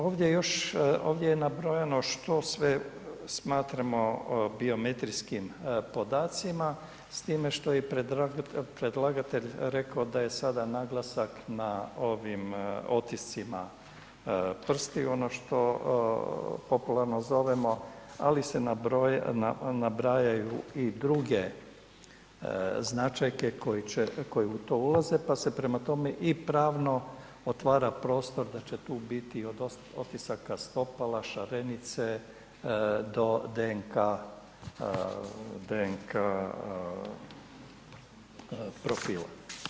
Ovdje još, ovdje je nabrojano što sve smatramo biometrijskim podacima s time što je i predlagatelj rekao da je sada naglasak na ovim otiscima prstiju, ono što popularno zovemo, ali se nabrajaju i druge značajke koje u to ulaze, pa se prema tome i pravno otvara prostor da će tu biti od otisaka stopala, šarenice do DNK, DNK profila.